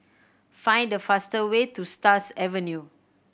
find the fast way to Stars Avenue